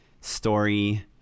story